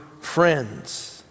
friends